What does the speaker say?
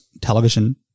television